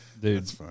Dude